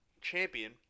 champion